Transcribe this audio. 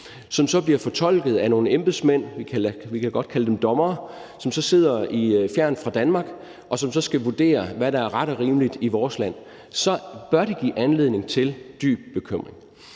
som så bliver fortolket af nogle embedsmænd, og vi kan godt kalde dem dommere, som sidder fjernt fra Danmark, og som så skal vurdere, hvad der er ret og rimeligt i vores land, at så bør det give anledning til dyb bekymring,